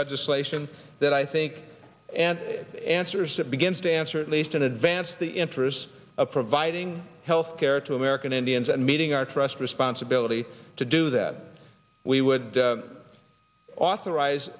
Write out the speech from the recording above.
legislation that i think and it answers it begins to answer at least in advance the interests of providing health care to american indians and meeting our trust responsibility to do that we would authorize